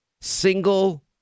single